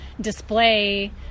display